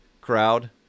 crowd